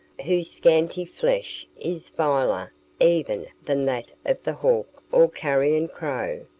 whose scanty flesh is viler even than that of the hawk or carrion crow,